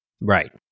Right